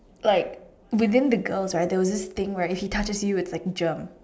like within the girls right there was this thing where if he touches you it's like germs